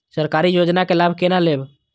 सरकारी योजना के लाभ केना लेब?